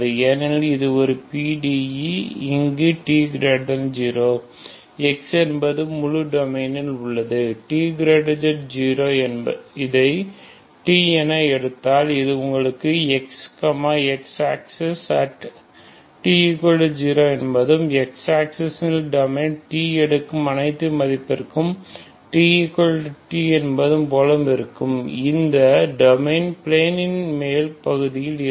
ஏனெனில் இது ஒரு PDE இங்கு t0 x என்பது முழு டொமைன் இல் உள்ளது மற்றும் t0 இதை t என எடுத்தால் இது உங்கள் x x axis at t0 என்பது x axis ல் டொமைனில் t எடுக்கும் அனைத்து மதிப்பிற்கும் tT என்பது போல இருந்தாலும் அந்த டொமைன் பிளேனில் மேல் பகுதியில் இருக்கும்